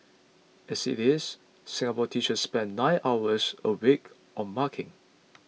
as it is Singapore teachers spend nine hours a week on marking